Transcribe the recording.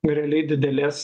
realiai didelės